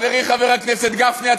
חברי חבר הכנסת גפני,